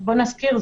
בוא נזכיר,